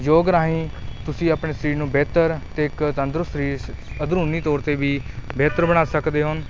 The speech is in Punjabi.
ਯੋਗ ਰਾਹੀਂ ਤੁਸੀਂ ਆਪਣੇ ਸਰੀਰ ਨੂੰ ਬਿਹਤਰ ਅਤੇ ਇੱਕ ਤੰਦਰੁਸਤ ਸਰੀਰ ਅੰਦਰੂਨੀ ਤੌਰ 'ਤੇ ਵੀ ਬਿਹਤਰ ਬਣਾ ਸਕਦੇ ਹੋ